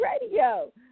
radio